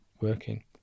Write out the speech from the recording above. working